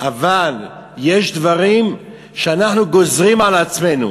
אבל יש דברים שאנחנו גוזרים על עצמנו,